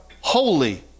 holy